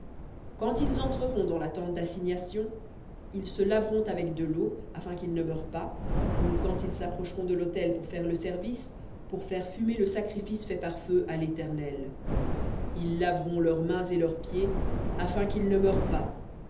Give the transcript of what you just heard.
quand ils entreront dans la tente d'assignation ils se laveront avec de l'eau afin qu'ils ne meurent pas ou quand ils s'approcheront de l'autel pour faire le service pour faire fumer le sacrifice fait par feu à léternel ils laveront leurs mains et leurs pieds afin qu'ils ne meurent pas